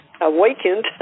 awakened